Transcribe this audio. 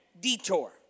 detour